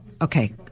okay